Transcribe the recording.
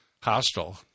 hostile